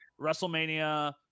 WrestleMania